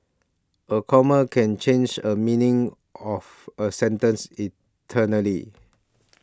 a comma can change a meaning of a sentence eternally